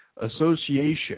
Association